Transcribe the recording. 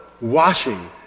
washing